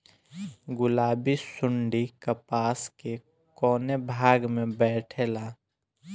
गुलाबी सुंडी कपास के कौने भाग में बैठे ला?